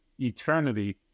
eternity